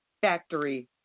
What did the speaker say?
factory